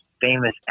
famous